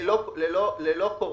ללא קורונה.